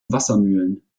wassermühlen